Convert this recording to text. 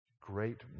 great